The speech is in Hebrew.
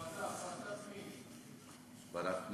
ועדה,